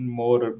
more